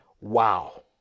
Wow